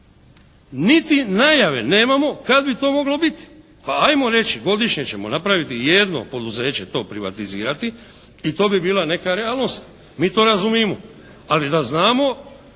Niti najave nemamo kad bi to moglo biti. Pa ajmo reći, godišnje ćemo napraviti jedno poduzeće to privatizirati i to bi bila neka realnost. Mi to razumimo. Ali da znamo